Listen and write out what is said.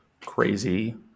crazy